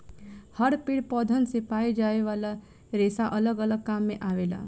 हर पेड़ पौधन से पाए जाये वाला रेसा अलग अलग काम मे आवेला